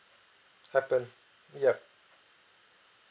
happen ya